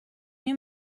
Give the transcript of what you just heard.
new